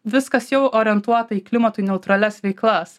viskas jau orientuota į klimatui neutralias veiklas